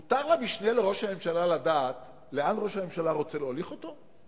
מותר למשנה לראש הממשלה לדעת לאן ראש הממשלה רוצה להוליך אותו?